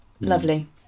lovely